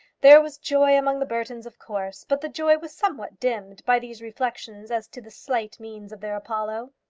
there was joy among the burtons, of course, but the joy was somewhat dimmed by these reflections as to the slight means of their apollo.